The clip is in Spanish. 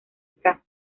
ska